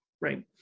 right